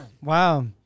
Wow